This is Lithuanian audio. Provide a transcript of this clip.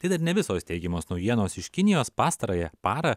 tai dar ne visos teigiamos naujienos iš kinijos pastarąją parą